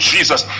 Jesus